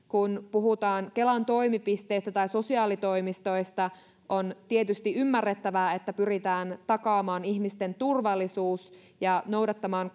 kun puhutaan kelan toimipisteestä tai sosiaalitoimistoista on tietysti ymmärrettävää että pyritään takaamaan ihmisten turvallisuus ja noudattamaan